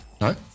No